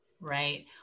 Right